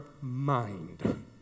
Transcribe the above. mind